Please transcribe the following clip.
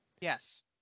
yes